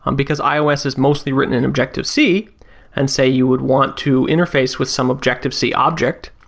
um because ios is mostly written in objective c and say you would want to interface with some objective c object.